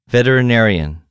Veterinarian